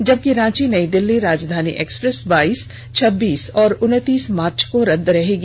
जबकि रांची नई दिल्ली राजधानी एक्सप्रेस बाइस छब्बीस और उनतीस मार्च को रद्द रहेगी